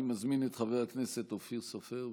אני מזמין את חבר הכנסת אופיר סופר,